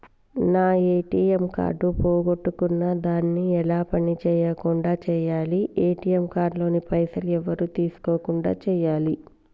నా ATM card పోగొట్టుకున్నా దాన్ని ఎలా పని చేయకుండా చేయాలి ఏ.టి.ఎమ్ కార్డు లోని పైసలు ఎవరు తీసుకోకుండా చేయాలి?